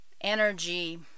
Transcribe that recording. energy